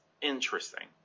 interesting